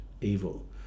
evil